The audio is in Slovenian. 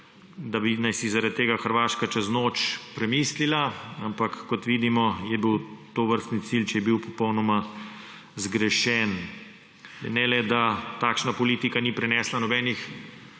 da bi naj si zaradi tega Hrvaška čez noč premislila, ampak kot vidimo, je bil tovrstni cilj, če je bil, popolnoma zgrešen. Ne le da takšna politika ni prenesla nobenih